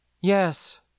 Yes